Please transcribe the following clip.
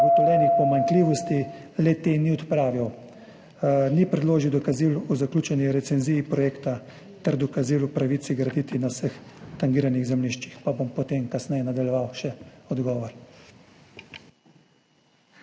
ugotovljenih pomanjkljivosti le-teh ni odpravil. Ni predložil dokazil o zaključeni recenziji projekta ter dokazil o pravici graditi na vseh tangiranih zemljiščih. Pa bom potem kasneje še nadaljeval odgovor.